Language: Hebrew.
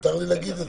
מותר לי להגיד את זה?